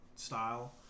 Style